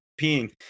peeing